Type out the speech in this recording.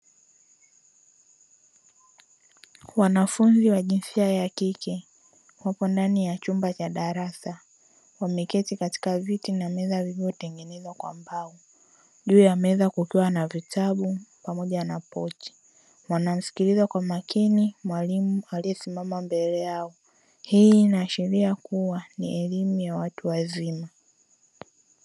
Wanafunzi wa jinsia ya kike wapo ndani ya chumba cha darasa wameketi katika viti na meza vilivyo tengenezwa kwa mbao, juu ya meza kukiwa na vitabu pamoja na pochi wanamsikiliza kwa makini mwalimu aliye simama mbele yao hii inaashiria kuwa ni elimu ya watu wazima.